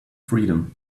freedom